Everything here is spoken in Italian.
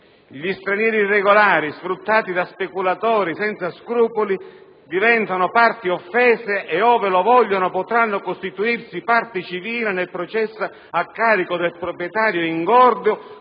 gli stranieri irregolari, sfruttati da speculatori senza scrupoli, diventano parti offese e, ove lo vogliano, potranno costituirsi parte civile nel processo a carico del proprietario ingordo